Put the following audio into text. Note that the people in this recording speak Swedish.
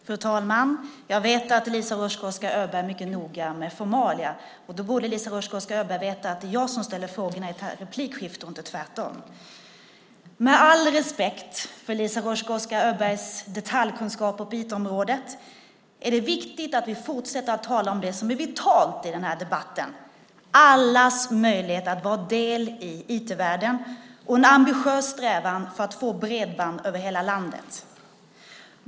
Fru talman! Jag vet att Eliza Roszkowska Öberg är mycket noga med formalia. Då borde Eliza Roszkowska Öberg veta att det är jag som ställer frågorna i det här replikskiftet, inte tvärtom. Med all respekt för Eliza Roszkowska Öbergs detaljkunskaper på IT-området tycker jag att det är viktigt att vi fortsätter att tala om det som är vitalt i debatten: allas möjlighet att ta del av IT-världen och en ambitiös strävan efter att få bredband över hela landet.